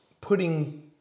putting